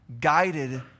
guided